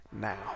now